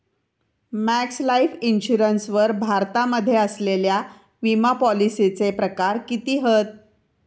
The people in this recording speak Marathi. मॅक्स लाइफ इन्शुरन्स वर भारतामध्ये असलेल्या विमापॉलिसीचे प्रकार किती हत?